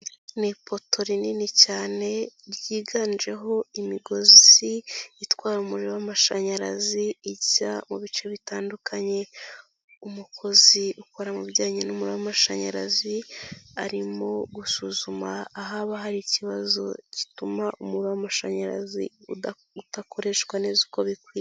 Ni ipoto rinini cyane ryiganjeho imigozi itwara umuriro w'amashanyarazi ijya mu bice bitandukanye, umukozi ukora mu bijyanye n'umuriro w'amashanyarazi arimo gusuzuma ahaba hari ikibazo gituma umuriro w'amashanyarazi udadakoreshwa neza uko bikwiye.